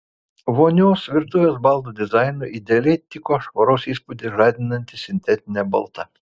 vonios virtuvės baldų dizainui idealiai tiko švaros įspūdį žadinanti sintetinė balta